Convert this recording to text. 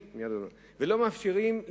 אדוני, תסיים.